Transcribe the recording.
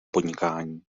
podnikání